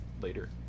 Later